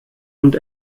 und